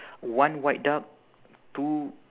one white duck two